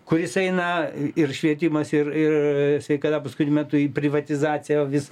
kuris eina ir švietimas ir ir sveikata paskutiniu metu į privatizaciją vis